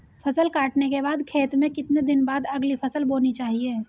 फसल काटने के बाद खेत में कितने दिन बाद अगली फसल बोनी चाहिये?